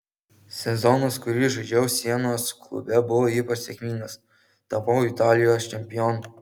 sezonas kurį žaidžiau sienos klube buvo ypač sėkmingas tapau italijos čempionu